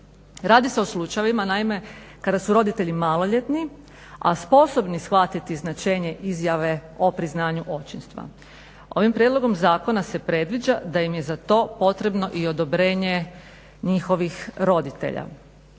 Radi se o slučajevima naime kada su roditelji maloljetni, a sposobni shvatiti značenje izjave o priznanju očinstva. Ovim prijedlogom zakona se predviđa da im je za to potrebno i odobrenje njihovih roditelja.